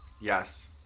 Yes